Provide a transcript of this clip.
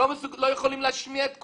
לא יכולים להשמיע את קולם,